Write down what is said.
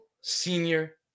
senior